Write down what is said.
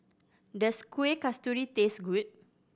does Kuih Kasturi taste good